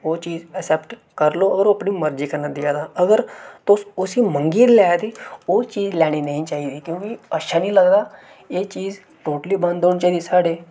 ओह् चीज अक्सैफ्ट करी लैओ और ओह् अपनी मर्जी कन्नै देआ दा अगर तुस उसी मंगियै लै दे ओह् चीज लैनी नेईं चाहिदी क्योंकि अच्छा नेईं लगदा एह् चीज टोटली बंद होनी चाहिदी साढ़े